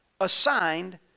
assigned